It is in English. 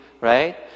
right